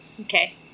Okay